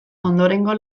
ondorengo